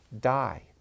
die